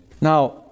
Now